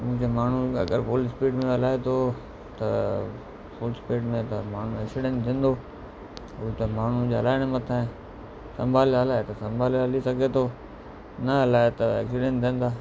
मूं चयो माण्हू अगरि फुल स्पीड में हलाए थो त फुल स्पीड में त माण्हू जो एक्सीडेंट थींदो हू त माण्हुनि जे हलाइण मथां आहे संभाले हलाए त संभाले हली सघे थो न हलाए त एक्सीडेंट थींदा